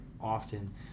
often